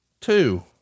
Two